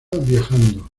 viajando